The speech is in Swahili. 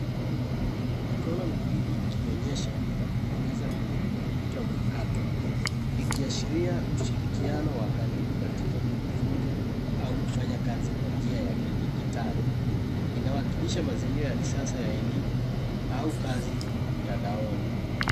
Mikono miwili ikionyesha na kubonyeza kwenye kompyuta mpakato ikiashiria ushirikiano wa karibu katika kujifunza au kufanya kazi kwa njia ya kidijitali. Inawakilisha mazingira ya kisasa ya elimu au kazi mtandaoni.